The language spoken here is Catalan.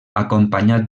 acompanyat